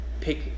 pick